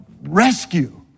rescue